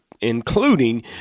including